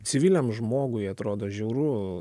civiliam žmogui atrodo žiauru